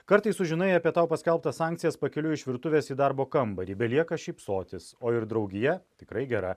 kartais sužinai apie tau paskelbtas sankcijas pakeliui iš virtuvės į darbo kambarį belieka šypsotis o ir draugija tikrai gera